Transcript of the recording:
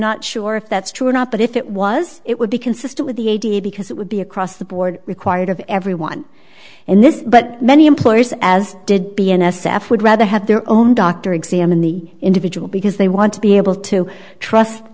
not sure if that's true or not but if it was it would be consistent with the idea because it would be across the board required of everyone in this but many employers as did be n s f would rather have their own doctor examine the individual because they want to be able to trust